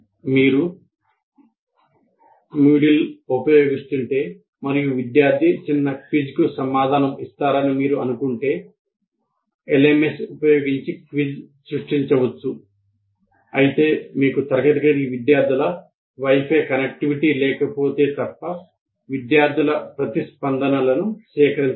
మీరు MOODLE ఉపయోగిస్తుంటే మరియు విద్యార్థి చిన్న క్విజ్కు సమాధానం ఇస్తారని మీరు అనుకుంటే మీకు తరగతి విద్యార్థుల Wi Fi కనెక్టివిటీ లేకపోతే తప్ప విద్యార్థుల ప్రతిస్పందనలను సేకరించలేరు